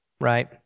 right